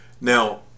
Now